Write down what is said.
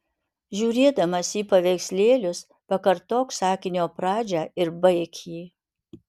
žiūrėdamas į paveikslėlius pakartok sakinio pradžią ir baik jį